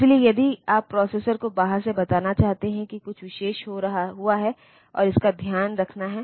इसलिए यदि आप प्रोसेसर को बाहर से बताना चाहते हैं कि कुछ विशेष हुआ है और इसका ध्यान रखना है